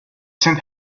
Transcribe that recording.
saint